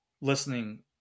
listening